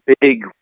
big